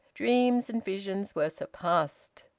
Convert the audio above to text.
dreams and visions were surpassed.